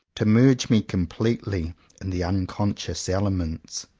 to merge me completely in the unconscious elements.